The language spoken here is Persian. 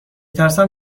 ترسم